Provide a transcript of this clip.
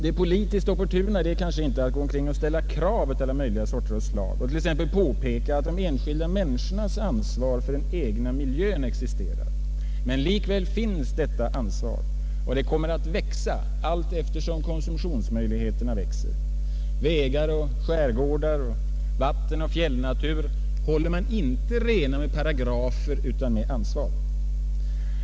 Det politiskt opportuna är kanske inte att gå omkring och ställa krav och t.ex. påpeka att de enskilda människorna har ansvar för den egna miljön. Men likväl finns detta ansvar, och det kommer att växa allteftersom konsumtionsmöjligheterna växer. Vägar och skärgårdar, vatten och fjällnatur håller man inte rena med paragrafer utan med ansvar.